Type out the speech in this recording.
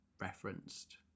referenced